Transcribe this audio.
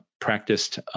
practiced